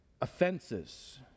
offenses